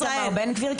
כולל את איתמר בן גביר?